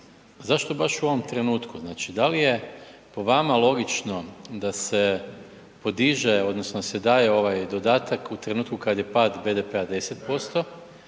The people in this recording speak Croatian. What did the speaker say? zašto baš u ovom trenutku. Znači da li je po vama logično da se podiže odnosno da se daje ovaj dodatak u trenutku kad je pad BDP-a 10%,